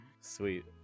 Sweet